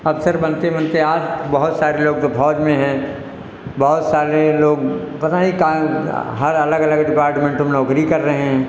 अफसर बनते बनते आज बहुत सारे लोग तो फ़ौज में हैं बहुत सारे लोग पता नहीं कहा हर अलग अलग डिपार्टमेंट में नौकरी कर रहे हैं